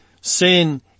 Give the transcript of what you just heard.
Sin